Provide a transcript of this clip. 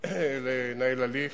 לנהל הליך,